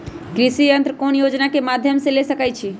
कृषि यंत्र कौन योजना के माध्यम से ले सकैछिए?